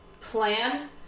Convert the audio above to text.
plan